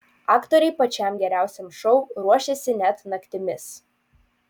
aktoriai pačiam geriausiam šou ruošėsi net naktimis